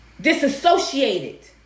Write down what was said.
disassociated